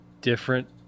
different